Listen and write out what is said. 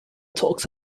talks